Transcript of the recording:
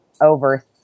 over